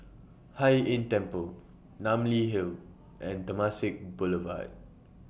Hai Inn Temple Namly Hill and Temasek Boulevard